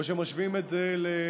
או שמשווים את זה לרמאללה,